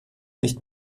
nicht